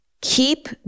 Keep